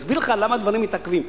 אסביר לך למה הדברים מתעכבים.